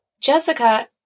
Jessica